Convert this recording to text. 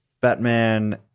Batman